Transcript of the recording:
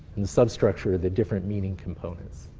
and the substructure are the different meaning components.